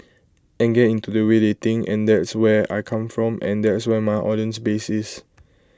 and get into the way they think and there is where I come from and there is where my audience base is